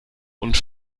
und